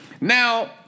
Now